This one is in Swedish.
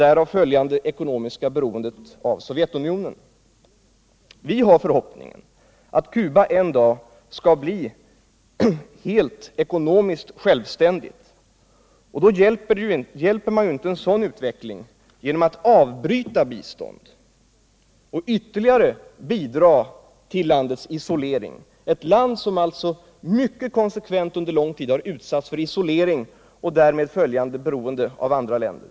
Därav följde det ekonomiska beroendet av Sovjetunionen. Vi hyser förhoppningen att Cuba en dag skall bli helt självständigt ekonomiskt, och man bidrar ju inte till en sådan utveckling genom att avbryta biståndsgivningen och ytterligare medverka till landets isolering. Det gäller alltså ett land som under lång tid mycket konsekvent har utsatts för isolering med påföljd att det uppstått ett beroende av andra länder.